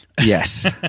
Yes